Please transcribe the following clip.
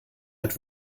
hat